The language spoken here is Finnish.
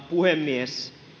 puhemies